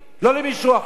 לא למישהו אחר.